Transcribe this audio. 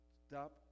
stop